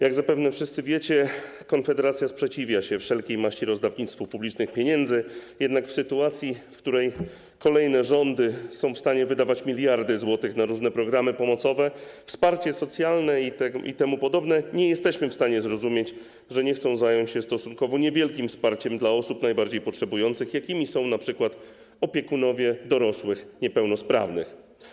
Jak zapewne wszyscy wiecie, Konfederacja sprzeciwia się wszelkiej maści rozdawnictwu publicznych pieniędzy, jednak w sytuacji, w której kolejne rządy są w stanie wydawać miliardy złotych na różne programy pomocowe, wsparcie socjalne itp., nie jesteśmy w stanie zrozumieć, że nie chcą zająć się stosunkowo niewielkim wsparciem dla osób najbardziej potrzebujących, jakimi są np. opiekunowie dorosłych niepełnosprawnych.